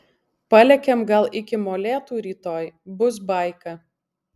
palekiam gal iki molėtų rytoj bus baika